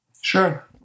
Sure